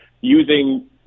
using